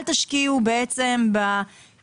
אל תשקיעו בבנייה,